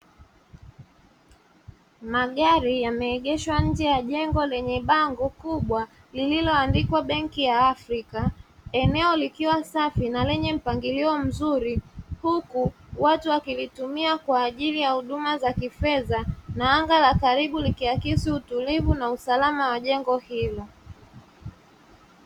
Magari yameegeshwa nje ya jengo lenye bango kubwa lililo andikwa benki ya Afrika, eneo likiwa safi lenye mpangilio mzuri, huku watu wakilitumia kwa ajili ya huduma za kifedha na anga la karibu likiakisi utulivu na usalama wa jengo hilo